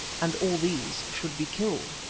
and all these should be killed.